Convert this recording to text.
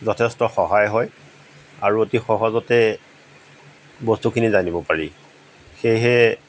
যথেষ্ট সহায় হয় আৰু অতি সহজতে বস্তুখিনি জানিব পাৰি সেয়েহে